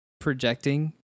projecting